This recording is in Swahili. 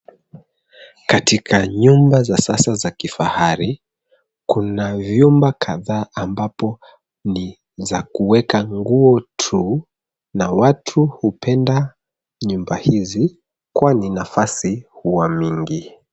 Katika nyumba za kisasa za kifahari, kuna vyumba kadhaa ambapo ni za kuweka nguo tu na watu hupenda nyumba hizi kwani nafasi huwa mingi.